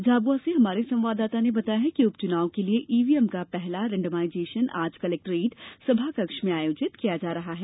झाबुआ से हमारे संवाददाता ने बताया है कि उपचुनाव के लिये ईवीएम का पहला रेन्डमाइजेशन आज कलेक्ट्रेट सभाकक्ष में आयोजित किया जा रहा है